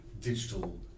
digital